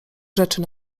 rzeczy